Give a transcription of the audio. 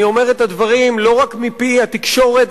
אני אומר את הדברים לא רק מפי התקשורת,